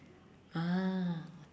ah